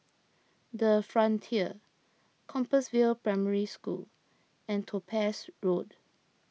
the Frontier Compassvale Primary School and Topaz Road